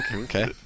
Okay